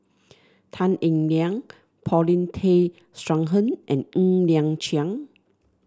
Tan Eng Liang Paulin Tay Straughan and Ng Liang Chiang